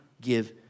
give